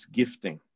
gifting